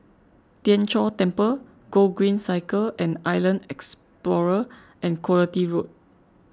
Tien Chor Temple Gogreen Cycle and Island Explorer and Quality Road